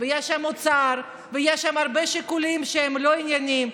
ויש שם אוצר ויש שם הרבה שיקולים שהם לא ענייניים.